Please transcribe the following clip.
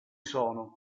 sono